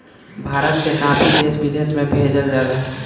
भारत के काफी देश विदेश में भेजल जाला